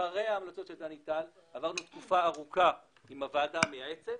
אחרי ההמלצות של דני טל עברנו תקופה ארוכה עם הוועדה המייעצת.